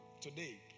today